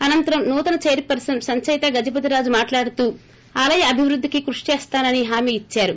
అనంతరం నూతన చైర్పర్సస్ సంచయిత గజపతి రాజు మాట్లాడుతూ ఆలయ అభివృద్ధికి కృషి చేస్తానని హామీ ఇచ్చారు